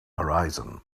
horizon